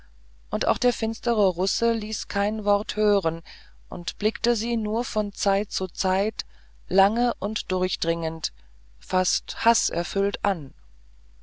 und auch der finstere russe ließ kein wort hören und blickte sie nur von zeit zu zeit lang und durchdringend faßt haßerfüllt an